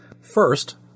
First